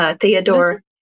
Theodore